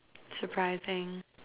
surprising